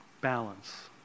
Balance